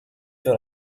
dans